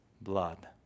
blood